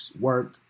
work